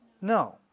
No